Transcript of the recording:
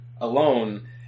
alone